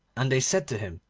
and they said to him,